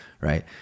right